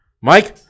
Mike